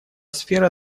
сфера